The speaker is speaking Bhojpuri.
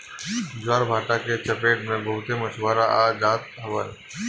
ज्वारभाटा के चपेट में बहुते मछुआरा आ जात हवन